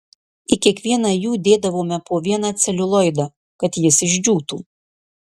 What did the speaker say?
į kiekvieną jų dėdavome po vieną celiulioidą kad jis išdžiūtų